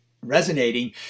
resonating